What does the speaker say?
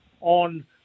on